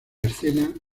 escena